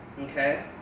okay